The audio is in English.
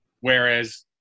whereas